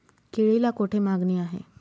केळीला कोठे मागणी आहे?